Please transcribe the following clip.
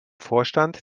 vorstand